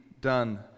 done